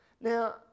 Now